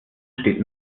steht